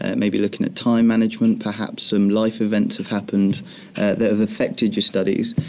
ah maybe looking at time management. perhaps some life events have happened that have affected your studies.